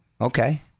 Okay